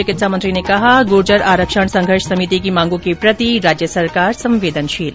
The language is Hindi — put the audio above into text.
चिकित्सा मंत्री ने कहा गुर्जर आरक्षण संघर्ष समिति की मांगों के प्रति राज्य सरकार संवेदनशील